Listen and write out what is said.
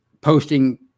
posting